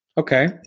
Okay